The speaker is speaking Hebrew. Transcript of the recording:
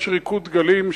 יש "ריקוד דגלים",